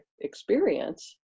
experience